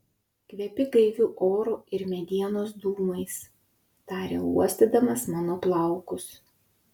kvepi gaiviu oru ir medienos dūmais tarė uostydamas mano plaukus